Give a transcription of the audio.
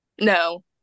No